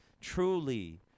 truly